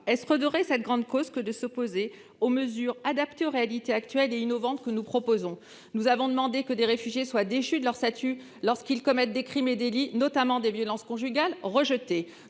est-ce redorer cette grande cause que de s'opposer aux mesures innovantes et adaptées aux réalités actuelles que nous proposons ? Nous avons demandé que les réfugiés soient déchus de leur statut lorsqu'ils commettent des crimes et délits, notamment des violences conjugales ? Rejeté